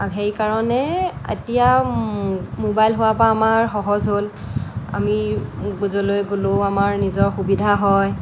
আৰু সেইকাৰণে এতিয়া ম'বাইল হোৱাৰ পৰা আমাৰ সহজ হ'ল আমি য'লৈ গলেও আমাৰ নিজৰ সুবিধা হয়